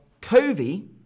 Covey